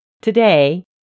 Today